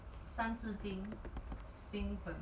三字经信本